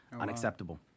unacceptable